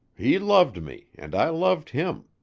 he loved me and i loved him.